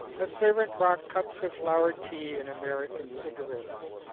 a servant brought cups of flowered tea and american cigarettes.